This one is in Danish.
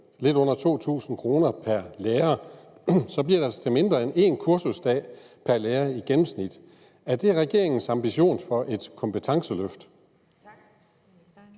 lidt under 2.000 kr. pr. lærer, så bliver det altså til mindre end en kursusdag pr. lærer i gennemsnit. Er det regeringens ambition for et kompetenceløft?